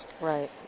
Right